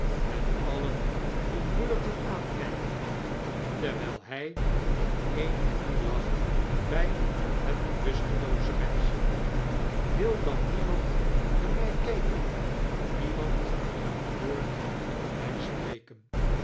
en alien om beurten aankijkende terwijl hij op een knie lag bij het bewustelooze meisje wil dan niemand naar mij kijken niemand een woord tot mij spreken